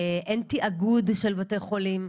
אין תאגוד של בתי חולים.